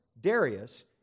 Darius